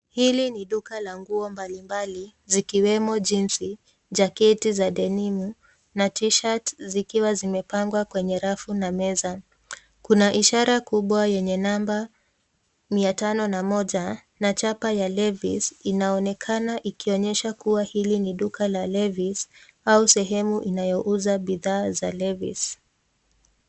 Hili ni duka la nguo mbalimbali, zikiwemo jeans , jaketi za denimu na t-shirt zikiwa zimepangwa kwenye rafu na meza. Kuna ishara kubwa yenye namba 501, na chapa ya Levi's inaonekana ikionyesha kuwa hili ni duka la Levi's, au sehemu inayouza bidhaa za Levi's.